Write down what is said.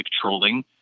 trolling